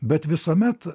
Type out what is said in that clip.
bet visuomet